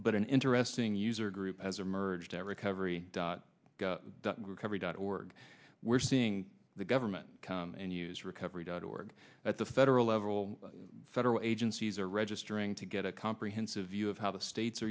but an interesting user group has emerged at recovery recovery dot org we're seeing the government come and use recovery dot org at the federal level federal agencies are registering to get a comprehensive view of how the states